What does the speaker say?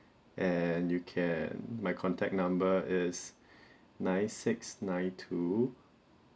and you can my contact number is nine six nine two